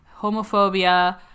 homophobia